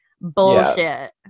bullshit